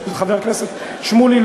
חבר הכנסת שמולי,